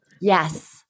Yes